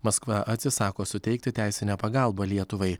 maskva atsisako suteikti teisinę pagalbą lietuvai